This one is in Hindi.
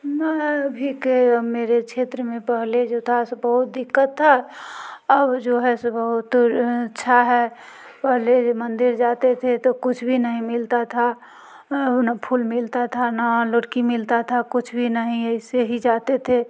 मैं भी क मेरे क्षेत्र में पहले जो था सो बहुत दिक्कत था अब जो है सो बहुत अच्छा है पहले मंदिर जाते थे तो कुछ भी नहीं मिलता था न फूल मिलता था ना लोटकी मिलता था कुछ भी नहीं ऐसे ही जाते थे